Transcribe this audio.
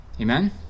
Amen